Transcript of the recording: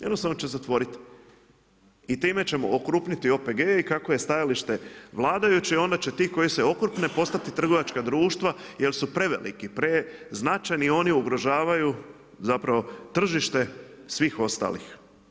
Jednostavno će zatvoriti i time ćemo okrupniti OPG-e i kakvo je stajalište vladajućih i onda će ti koji se okrupne postati trgovačka društva jer su preveliki, preznačajni, oni ugrožavaju zapravo tržište svih ostalih.